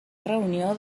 reunió